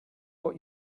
what